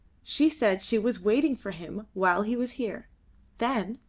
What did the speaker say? she said she was waiting for him while he was here then,